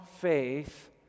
faith